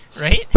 Right